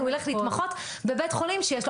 הוא ילך להתמחות בבית חולים שיש לו.